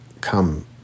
come